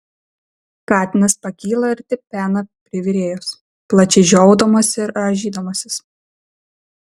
katinas pakyla ir tipena prie virėjos plačiai žiovaudamas ir rąžydamasis